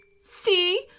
See